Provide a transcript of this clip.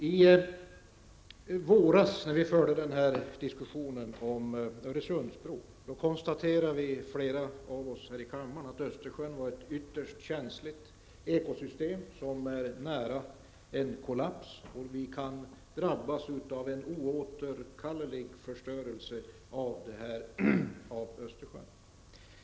I våras när vi förde diskussionen om Öresundsbron konstaterade flera av oss här i kammaren att Östersjön har ett ytterst känsligt ekosystem som är nära en kollaps och att vi kan drabbas av en oåterkallelig förstörelse av Östersjön.